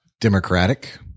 democratic